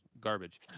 garbage